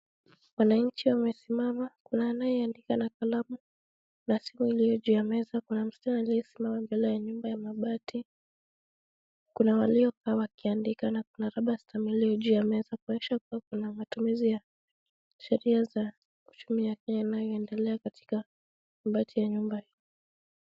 Wananchi wamesimama, kuna anyeandika na kalamu, na simu iliyojuu ya meza, kuna msichana aliyesimama mbele ya nyumba ya mabati, kuna waliokaa wakiandika na kuna rubber stamp iliyo juu ya meza kuonyesha kuwa kuna matumizi ya sheria za kutumia inayoendelea katika mabati ya nyumba hii.